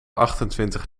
achtentwintig